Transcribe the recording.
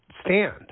stand